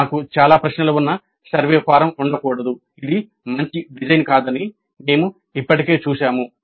మాకు చాలా ప్రశ్నలు ఉన్న సర్వే ఫారం ఉండకూడదు ఇది మంచి డిజైన్ కాదని మేము ఇప్పటికే చూశాము